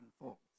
unfolds